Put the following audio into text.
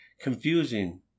Confusing